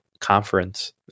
conference